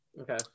Okay